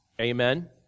Amen